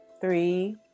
three